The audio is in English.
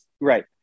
right